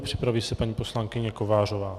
Připraví se paní poslankyně Kovářová.